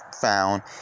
found